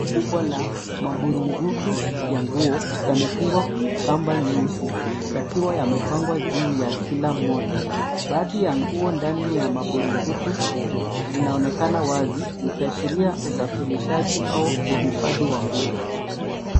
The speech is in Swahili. Rundo kubwa la maburungutu ya nguo , yamefungwa kamba nyeusi yakiwa yamepangwa juu ya kila moja .Baadhi ya nguo ndani ya maburungutu zinaonekana wazi, zikiashiria usafirishaji au uhifadhi wa nguo.